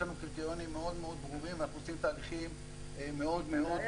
יש לנו קריטריונים מאוד ברורים ואנחנו עושים תהליכים מאוד --- אולי